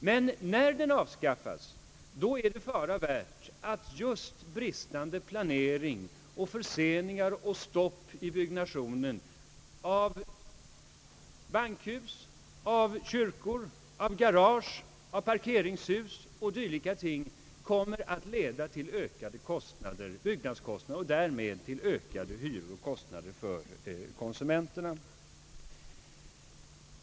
Men om den avskaffas och regeringen har ju förutsatt detta är det fara värt att det tillfälliga totalstopp som förelegat 1967 och halva 1968 lett till störningar i planeringen, vilket medför förseningar och stopp i byggnationen av bankhus, kyrkor, garage och parkeringshus — således ökade byggnadskostnader, höjda hyror och andra ytterligare utgifter som konsumenterna får bära.